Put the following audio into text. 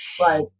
Right